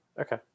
Okay